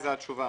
זאת התשובה.